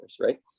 right